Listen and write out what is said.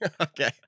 Okay